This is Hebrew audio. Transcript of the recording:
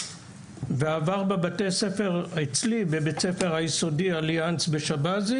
הוא עבר בבתי הספר אצלי בבית הספר היסודי אליאנס בשבזי